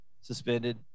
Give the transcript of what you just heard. suspended